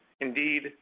Indeed